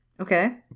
Okay